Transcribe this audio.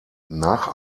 nach